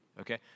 Okay